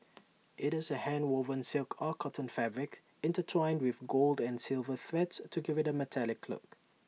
IT is A handwoven silk or cotton fabric intertwined with gold and silver threads to give IT A metallic look